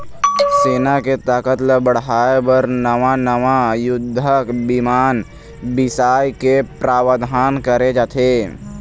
सेना के ताकत ल बढ़ाय बर नवा नवा युद्धक बिमान बिसाए के प्रावधान करे जाथे